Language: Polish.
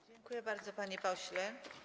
Dziękuję bardzo, panie pośle.